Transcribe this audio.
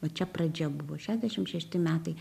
va čia pradžia buvo šešiasdešim šeši metai